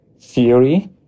theory